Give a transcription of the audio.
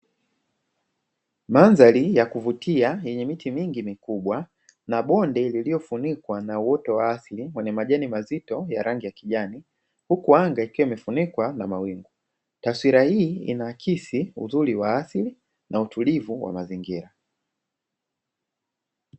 Mandhari ya kuvutia yenye miti mingi mikubwa na bonde lililofunikwa na uoto wa asili wenye majani mazito ya rangi ya kijani, huku anga ikiwa imefunikwa na mawingu. Taswira hii inaakisi uzuri wa asili na utulivu wa mazingira.